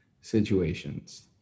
situations